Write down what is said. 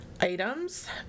items